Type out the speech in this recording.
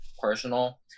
personal